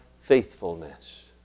faithfulness